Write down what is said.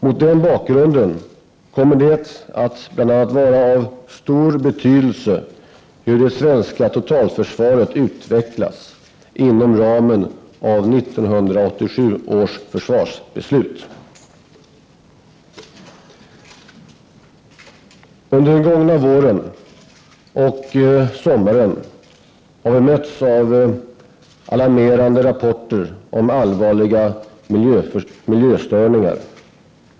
Mot den bakgrunden kommer det att bl.a. vara av stor betydelse hur det svenska totalförsvaret utvecklas inom ramen för 1987 års försvarsbeslut. Under den gångna våren och sommaren har vi mötts av alarmerande rapporter om allvarliga miljöstörningar.